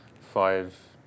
five